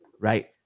right